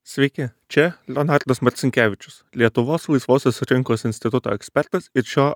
sveiki čia leonardas marcinkevičius lietuvos laisvosios rinkos instituto ekspertas ir šio